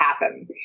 happen